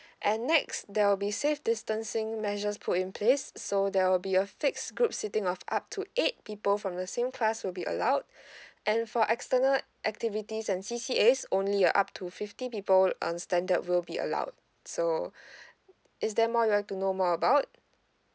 and next there'll be safe distancing measures put in place so there will be a fix group sitting of up to eight people from the same class will be allowed and for external activities and C_C_As only are up to fifty people on standard will be allowed so is there more you want to know more about